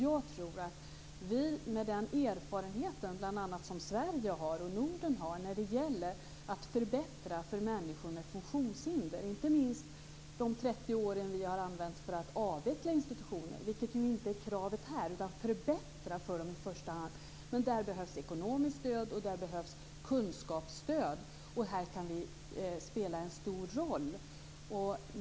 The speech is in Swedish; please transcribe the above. Jag tror att vi i Sverige och Norden har mycket erfarenhet när det gäller att förbättra för människor med funktionshinder. Vi har ju bl.a. under 30 år avvecklat institutioner. Det är inte kravet här, utan det handlar i första hand om att förbättra. Det behövs ekonomiskt stöd och kunskapsstöd. Här kan vi spela en stor roll.